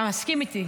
אתה מסכים איתי?